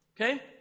Okay